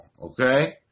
Okay